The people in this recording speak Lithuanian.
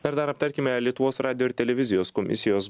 dar dar aptarkime lietuvos radijo ir televizijos komisijos